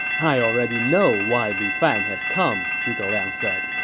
i already know why lu fan has come, zhuge liang said.